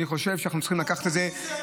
אני חושב שאנחנו צריכים לקחת את זה -- פופוליזם.